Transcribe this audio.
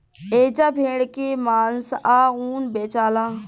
एजा भेड़ के मांस आ ऊन बेचाला